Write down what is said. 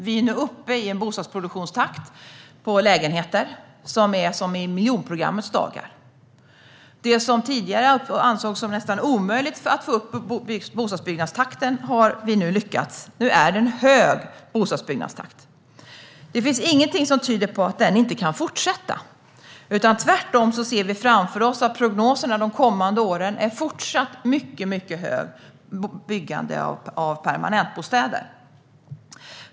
Vi är nu uppe i en bostadsproduktionstakt vad gäller lägenheter som är som i miljonprogrammets dagar. Det som tidigare ansågs som nästan omöjligt - att få upp bostadsbyggnadstakten - har vi lyckats med, och nu är bostadsbyggnadstakten hög. Det finns ingenting som tyder på att detta inte kan fortsätta. Tvärtom ser vi att prognoserna pekar på en fortsatt mycket hög takt i byggandet i av permanentbostäder de kommande åren.